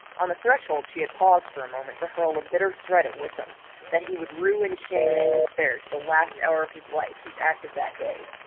on the threshold she had paused for a moment to hurl a bitter threat at wykham that he would rue in shame and despair to the last hour of his life his act of that day.